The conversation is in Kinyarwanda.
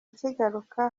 kigaruka